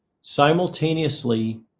simultaneously